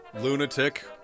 lunatic